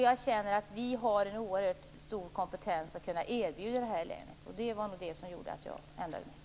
Jag känner att vi har en oerhört stor kompetens att erbjuda detta län, och det var nog det som gjorde att jag ändrade mig.